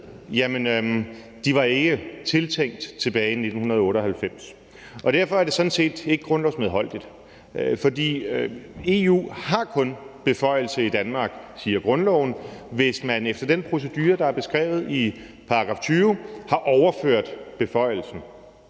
med, ikke var tiltænkt tilbage i 1998, og derfor er det sådan set ikke grundlovsmedholdeligt, for EU har kun beføjelse i Danmark, siger grundloven, hvis man efter den procedure, der beskrevet i § 20 har overført beføjelsen.